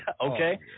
Okay